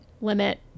limit